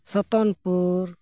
Satanpur